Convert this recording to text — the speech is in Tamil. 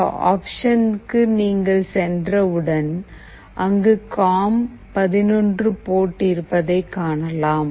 இந்த ஆப்ஷனுக்கு நீங்கள் சென்றவுடன் அங்கு காம் 11 போர்ட் இருப்பதை காணலாம்